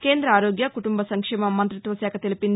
కేంద ఆరోగ్య కుటుంబ సంక్షేమ మంతిత్వ శాఖ తెలిపింది